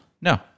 No